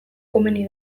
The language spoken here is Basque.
komeni